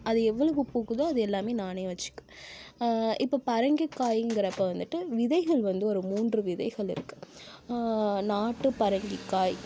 அது எவ்வளவு பூக்குதோ அது எல்லாம் நானே வச்சிக்குவேன் இப்போ பரங்கிக்காய்ங்கிறப்ப வந்துட்டு விதைகள் வந்து ஒரு மூன்று விதைகள் இருக்கு நாட்டு பரங்கிக்காய்